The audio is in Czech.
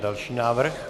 Další návrh.